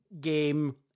game